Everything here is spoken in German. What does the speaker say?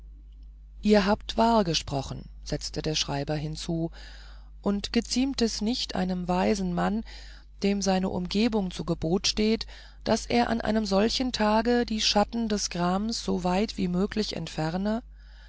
ihr habt wahr gesprochen setzte der schreiber hinzu und geziemt es nicht einem weisen mann dem seine umgebungen zu gebot stehen daß er an einem solchen tage die schatten des grams so weit als möglich entferne